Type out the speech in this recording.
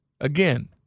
again